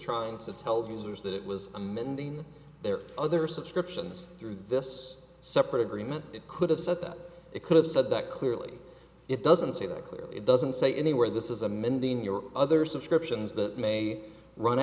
trying to tell the users that it was amending their other subscriptions through this separate agreement it could have said that they could have said that clearly it doesn't say that clearly it doesn't say anywhere this is amending your other subscriptions that may run